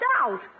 out